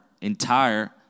entire